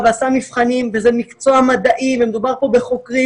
ועשה מבחנים וזה מקצוע מדעי ומדובר פה בחוקרים.